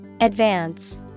Advance